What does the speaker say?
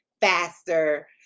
faster